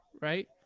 Right